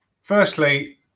firstly